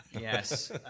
Yes